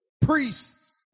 priests